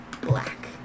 black